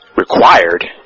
required